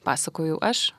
pasakojau aš